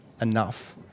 enough